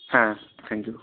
হ্যাঁ থ্যাংকইউ